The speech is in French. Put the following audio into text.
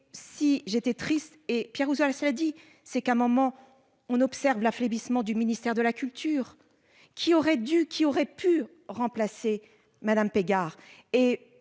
si j'étais triste et Pierre Ouzoulias. Cela dit, c'est qu'un moment on observe la phlébite ment du ministère de la culture qui auraient dû qui aurait pu remplacer Madame Pégard